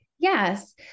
Yes